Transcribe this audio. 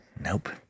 Nope